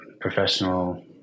professional